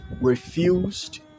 refused